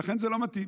ולכן זה לא מתאים.